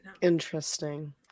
Interesting